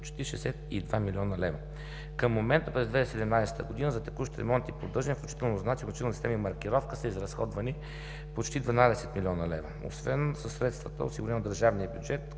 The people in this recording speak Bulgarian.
почти 62 млн. лв. Към момента през 2017 г. за текущ ремонт и поддържане, включително за знаци, ограничителни системи и маркировка са изразходвани почти 12 млн. лв. Освен със средствата, осигурени от държавния бюджет